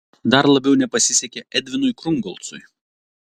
dar labiau nepasisekė edvinui krungolcui